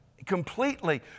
Completely